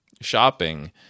shopping